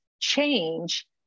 change